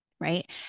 Right